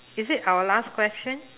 is it our last question